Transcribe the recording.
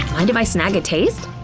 mind if i snag a taste?